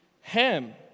Ham